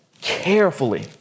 carefully